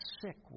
sick